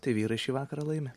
tai vyrai šį vakarą laimi